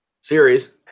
series